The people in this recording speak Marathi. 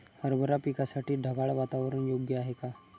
हरभरा पिकासाठी ढगाळ वातावरण योग्य आहे का?